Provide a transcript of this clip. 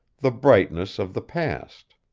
the brightness of the past.